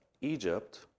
Egypt